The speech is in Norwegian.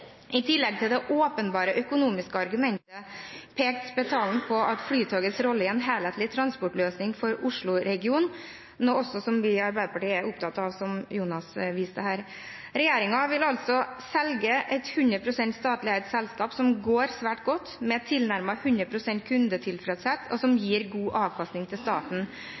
I tillegg til det åpenbare økonomiske argumentet peker Spetalen på Flytogets rolle i en helhetlig transportløsning for Oslo-regionen, noe også vi i Arbeiderpartiet er opptatt av, som Jonas Gahr Støre viste til her. Regjeringen vil altså selge et 100 pst. statlig eid selskap som går svært godt, med tilnærmet 100 pst. kundetilfredshet, og som gir god avkastning til staten.